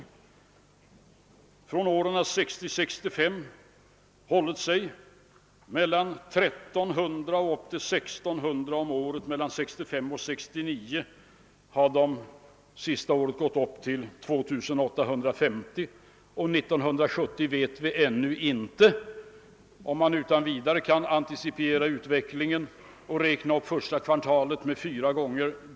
Antalet höll sig under åren 1960—1965 mellan 1300 och upp till 1600 om året men uppgick 1969 till 2850. Hur många det blir under 1970 vet vi naturligtvis ännu inte, och jag vill inte ge mig på att extrapolera utvecklingen och räkna upp första kvartalets antal fyra gånger.